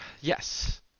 yes